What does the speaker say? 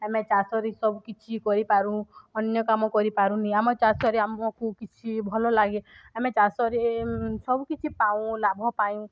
ଆମେ ଚାଷରେ ସବୁ କିିଛି କରିପାରୁ ଅନ୍ୟ କାମ କରିପାରୁନି ଆମ ଚାଷରେ ଆମକୁ କିଛି ଭଲଲାଗେ ଆମେ ଚାଷରେ ସବୁକିଛି ପାଉଁ ଲାଭ ପାଇଁ